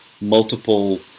multiple